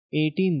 18